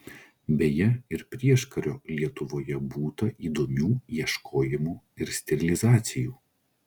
beje ir prieškario lietuvoje būta įdomių ieškojimų ir stilizacijų